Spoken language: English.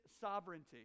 sovereignty